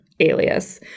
alias